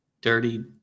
dirty